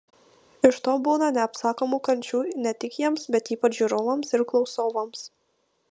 iš to būna neapsakomų kančių ne tik jiems bet ypač žiūrovams ir klausovams